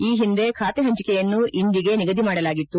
ಈ ಹಿಂದೆ ಖಾತೆ ಪಂಚಿಕೆಯನ್ನು ಇಂದಿಗೆ ನಿಗದಿ ಮಾಡಲಾಗಿತ್ತು